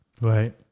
Right